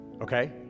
Okay